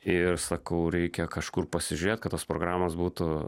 ir sakau reikia kažkur pasižiūrėt kad tos programos būtų